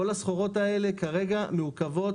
כל הסחורות האלה כרגע מעוכבות.